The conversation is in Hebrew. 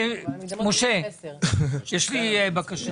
משה, יש לי בקשה.